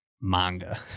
manga